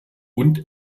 und